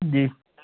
જી